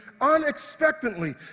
Unexpectedly